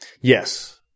Yes